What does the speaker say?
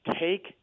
take